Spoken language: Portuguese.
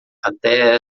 até